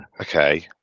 Okay